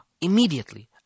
Immediately